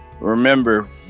remember